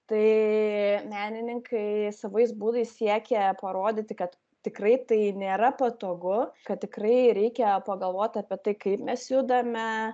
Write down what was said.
tai menininkai savais būdais siekia parodyti kad tikrai tai nėra patogu kad tikrai reikia pagalvot apie tai kaip mes judame